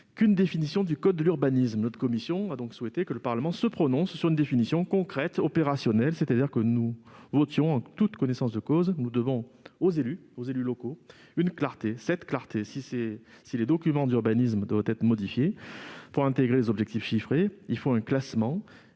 place dans le code de l'urbanisme. Notre commission a donc souhaité que le Parlement se prononce sur une définition concrète, opérationnelle, afin que nous votions en toute connaissance de cause. Nous devons la clarté aux élus locaux ; si les documents d'urbanisme doivent être modifiés pour intégrer les objectifs chiffrés, il faut un classement